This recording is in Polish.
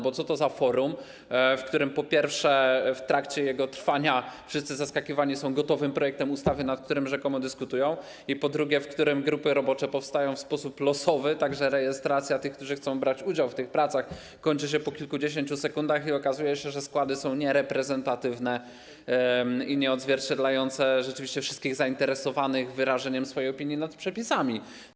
Bo co to za forum, w którym, po pierwsze, w trakcie jego trwania wszyscy zaskakiwani są gotowym projektem ustawy, nad którym rzekomo dyskutują, i, po drugie, w którym grupy robocze powstają w sposób losowy, tak że rejestracja tych, którzy chcą brać udział w tych pracach, kończy się po kilkudziesięciu sekundach i okazuje się, że składy są niereprezentatywne i nieodzwierciedlające rzeczywiście wszystkich zainteresowanych wyrażeniem swojej opinii o przepisach?